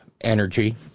energy